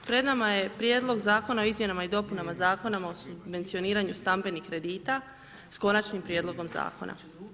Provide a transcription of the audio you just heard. Pred nama je prijedlog zakona o izmjenama i dopunama Zakona o subvencioniranju stambenih kredita s končanim prijedlogom zakona.